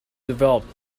developed